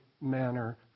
manner